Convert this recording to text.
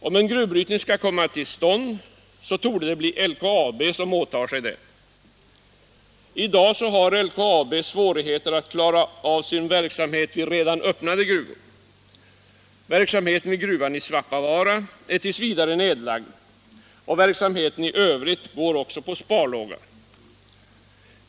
Om en gruvbrytning skall komma till stånd torde det bli LKAB som åtar sig den. I dag har LKAB svårigheter att klara sin verksamhet vid redan öppnade gruvor. Verksamheten vid gruvan i Svappavaara är t. v. nedlagd, och verksamheten i övrigt går på sparlåga.